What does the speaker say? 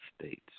States